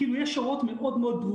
יש הוראות ברורות,